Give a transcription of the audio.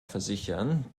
versichern